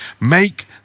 Make